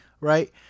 Right